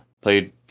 played